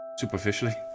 superficially